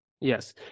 Yes